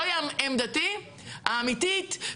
זוהי עמדתי האמיתית.